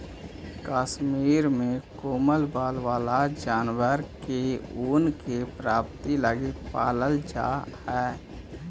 कश्मीर में कोमल बाल वाला जानवर के ऊन के प्राप्ति लगी पालल जा हइ